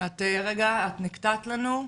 --- את נקטעת לנו.